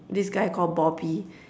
this guy called bobby